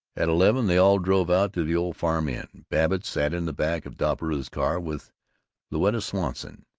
at eleven they all drove out to the old farm inn. babbitt sat in the back of doppelbrau's car with louetta swanson.